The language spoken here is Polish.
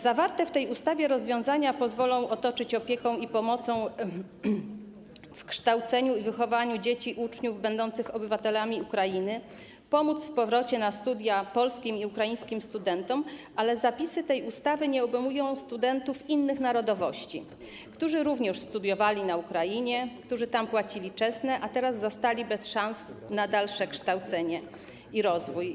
Zawarte w tej ustawie rozwiązania pozwolą otoczyć opieką i pomocą, w zakresie kształcenia i wychowania dzieci, uczniów będących obywatelami Ukrainy, pomóc w powrocie na studia polskim i ukraińskim studentom, ale zapisy tej ustawy nie obejmują studentów innych narodowości, którzy również studiowali na Ukrainie, którzy tam płacili czesne, a teraz zostali bez szans na dalsze kształcenie i rozwój.